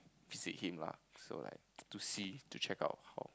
see him lah so like to see to check out for